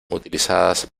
utilizadas